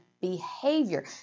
behavior